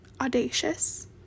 audacious